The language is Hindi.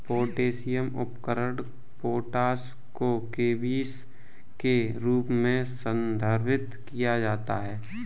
पोटेशियम उर्वरक पोटाश को केबीस के रूप में संदर्भित किया जाता है